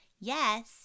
yes